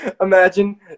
Imagine